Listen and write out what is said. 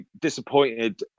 disappointed